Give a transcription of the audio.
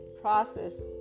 processed